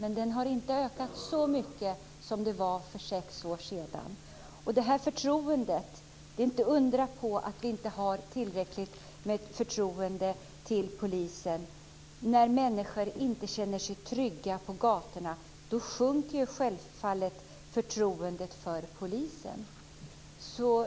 Men den har inte ökat så mycket att den är som den var för sex år sedan. Det är inte undra på att vi inte har tillräckligt med förtroende för polisen. När människor inte känner sig trygga på gatorna sjunker självfallet förtroendet för polisen.